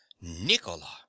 nicola